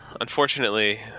unfortunately